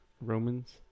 Romans